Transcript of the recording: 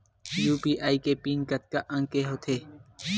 UPI के pin कतका अंक के होथे?